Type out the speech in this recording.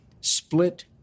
split